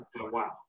wow